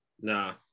Nah